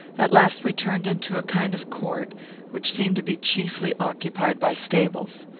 at last we turned into a kind of court which seemed to be chiefly occupied by stables.